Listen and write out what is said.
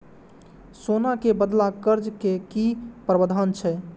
सोना के बदला कर्ज के कि प्रावधान छै?